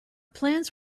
plans